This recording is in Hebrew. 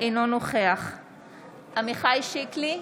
אינו נוכח עמיחי שיקלי,